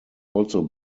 also